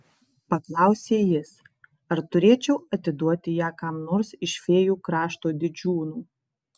paklausė jis ar turėčiau atiduoti ją kam nors iš fėjų krašto didžiūnų